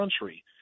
country